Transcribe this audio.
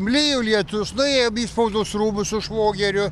lijo lietus nuėjom į spaudos rūmus su švogeriu